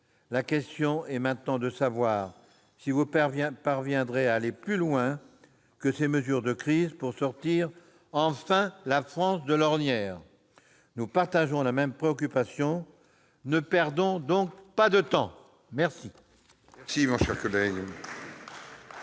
La question est maintenant de savoir si vous parviendrez à aller plus loin que ces mesures de crise pour sortir, enfin, la France de l'ornière. Nous partageons la même préoccupation : ne perdons plus de temps !